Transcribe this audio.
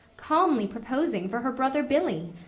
calmly proposing for her brother billy.